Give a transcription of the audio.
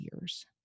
years